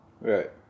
Right